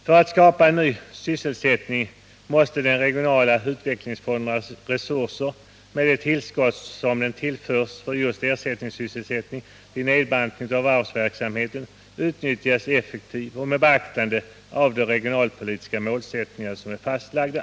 För att skapa ny sysselsättning måste den regionala utvecklingsfondens resurser — med det tillskott som den tillförs för just ersättningssysselsättning vid nedbantning av varvsverksamheten — utnyttjas effektivt och med beaktande av de regionalpolitiska målsättningar som är fastlagda.